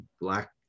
black